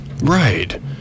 Right